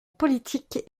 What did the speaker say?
politique